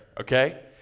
Okay